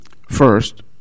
First